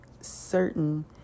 certain